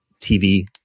TV